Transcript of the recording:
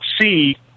see